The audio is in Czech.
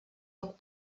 rok